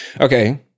Okay